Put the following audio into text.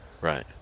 right